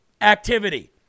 activity